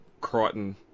Crichton